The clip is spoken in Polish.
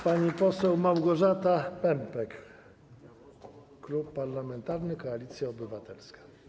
Pani poseł Małgorzata Pępek, Klub Parlamentarny Koalicja Obywatelska.